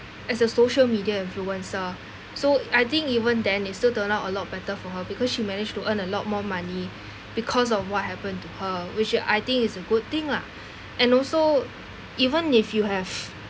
as a social media influencer so I think even then it's still turn out a lot better for her because she managed to earn a lot more money because of what happened to her which y~ I think is a good thing lah and also even if you have